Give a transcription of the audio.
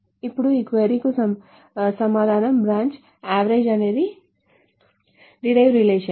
ఇప్పుడు ఈ క్వరీ కు సమాధానం బ్రాంచ్ యావరేజ్ అనేది డిరైవ్డ్ రిలేషన్స్